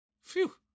Phew